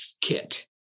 kit